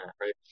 right